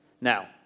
Now